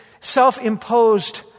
self-imposed